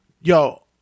Yo